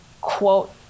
quote